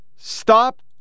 Stop